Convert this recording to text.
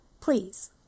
please